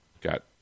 got